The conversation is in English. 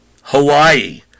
Hawaii